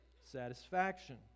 satisfaction